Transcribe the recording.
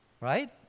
Right